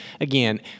again